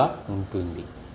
5 గా ఉంటుంది